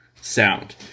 sound